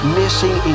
missing